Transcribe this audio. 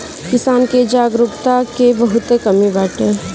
किसान में जागरूकता के बहुते कमी बाटे